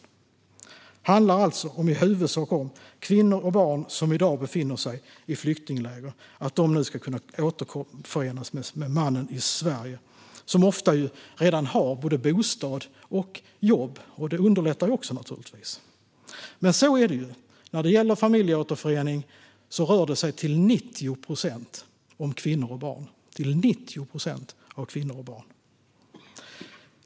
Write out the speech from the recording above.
Det handlar alltså i huvudsak om att kvinnor som i dag befinner sig i flyktingläger med sina barn nu ska kunna återförenas med sina män i Sverige, som ju ofta redan har både bostad och jobb. Det underlättar ju naturligtvis också. När det gäller familjeåterförening rör det sig till 90 procent om kvinnor och barn.